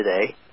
today